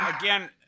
again